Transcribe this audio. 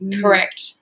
correct